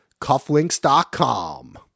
cufflinks.com